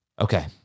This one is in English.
Okay